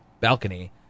balcony